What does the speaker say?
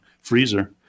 freezer